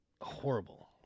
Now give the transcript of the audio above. Horrible